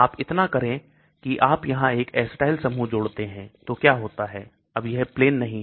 आप इतना करें कि आप यहां एक acetyl समूह जोड़ते हैं तो क्या होता है अब यह plane नहीं है